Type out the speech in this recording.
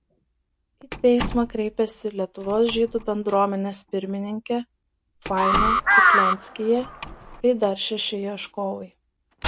į teismą kreipėsi lietuvos žydų bendruomenės pirmininkė faina kuklianskyje bei dar šeši ieškovai